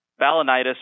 balanitis